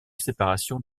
séparation